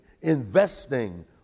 investing